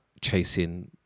chasing